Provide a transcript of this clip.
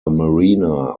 marina